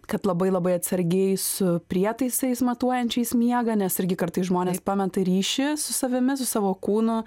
kad labai labai atsargiai su prietaisais matuojančiais miegą nes irgi kartais žmonės pameta ryšį su savimi su savo kūnu